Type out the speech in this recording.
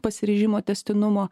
pasiryžimo tęstinumo